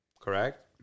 Correct